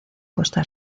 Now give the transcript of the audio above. costa